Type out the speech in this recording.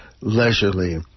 Leisurely